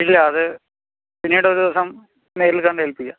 ഇല്ലത് പിന്നീടൊരു ദിവസം നേരിൽ കണ്ട് ഏൽപ്പിക്കാം